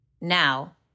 Now